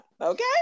okay